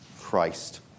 Christ